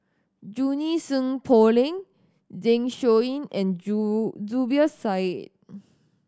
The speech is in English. Junie Sng Poh Leng Zeng Shouyin and Zubir Said